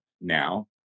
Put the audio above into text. now